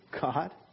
God